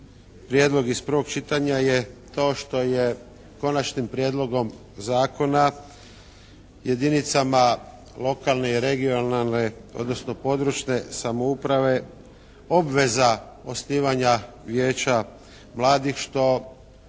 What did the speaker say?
prijedlog iz prvog čitanja je to što je Konačnim prijedlogom zakona jedinicama lokalne i regionalno, odnosno područne samouprave obveza osnivanja Vijeća mladih što